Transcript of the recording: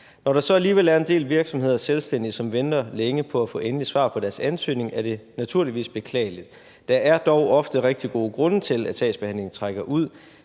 Når der så alligevel er en del virksomheder og selvstændige, som venter længe på at få endeligt svar på deres ansøgning, er det naturligvis beklageligt. Der er dog ofte rigtig gode grund til, at sagsbehandlingen trækker ud,